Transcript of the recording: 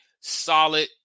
solid